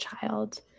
child